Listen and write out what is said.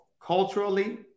culturally